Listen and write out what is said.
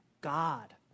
God